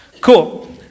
Cool